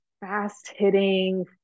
fast-hitting